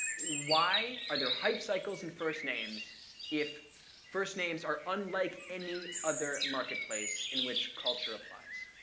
why are there hype cycles in first names if first names are unlike any other marketplace in which culture applies?